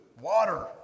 water